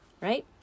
right